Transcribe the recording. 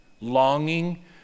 longing